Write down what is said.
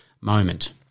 moment